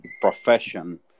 profession